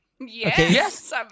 Yes